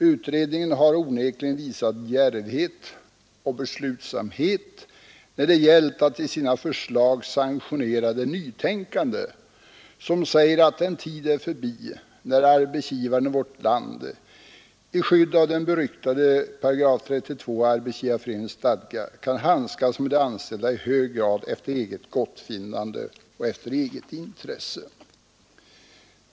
Utredningen har onekligen visat djärvhet när det gällt att i sina förslag sanktionera det nytänkande som säger att den tid är förbi när arbetsgivaren i vårt land i skydd av den beryktade 832 i Arbetsgivareföreningens stadgar kan handskas med de anställda i hög grad efter eget gottfinnande och intresse.